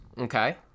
Okay